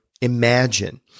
imagine